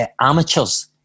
amateurs